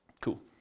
Cool